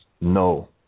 no